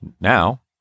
now